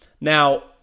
Now